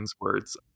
words